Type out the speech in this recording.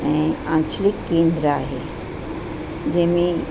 ऐं आंचलित केंद्र आहे जंहिं में